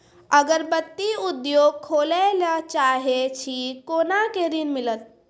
अगरबत्ती उद्योग खोले ला चाहे छी कोना के ऋण मिलत?